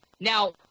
Now